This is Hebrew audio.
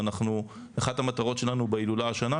ואחת המטרות שלנו בהילולה השנה,